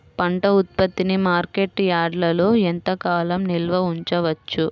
పంట ఉత్పత్తిని మార్కెట్ యార్డ్లలో ఎంతకాలం నిల్వ ఉంచవచ్చు?